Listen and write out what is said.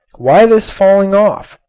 why this falling off?